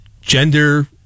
gender